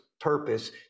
purpose